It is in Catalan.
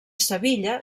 sevilla